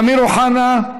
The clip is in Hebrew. אמיר אוחנה.